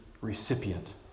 recipient